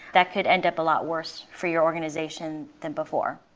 that could end up a lot worse for your organization than before.